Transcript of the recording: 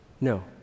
No